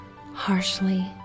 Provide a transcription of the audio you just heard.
harshly